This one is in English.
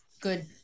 good